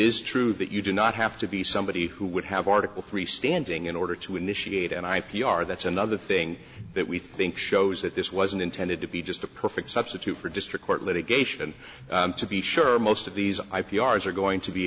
is true that you do not have to be somebody who would have article three standing in order to initiate an i p r that's another thing that we think shows that this wasn't intended to be just a perfect substitute for district court litigation to be sure most of these i p r's are going to be